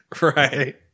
right